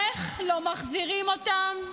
איך לא מחזירים אותם?